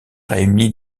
réuni